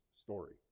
story